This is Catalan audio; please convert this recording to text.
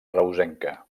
reusenca